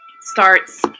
starts